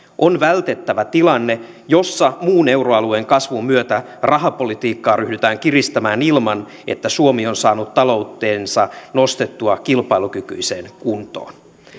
on vältettävä tilanne jossa muun euroalueen kasvun myötä rahapolitiikkaa ryhdytään kiristämään ilman että suomi on saanut taloutensa nostettua kilpailukykyiseen kuntoon